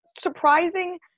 surprising